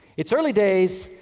it's early days,